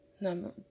Number